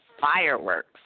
fireworks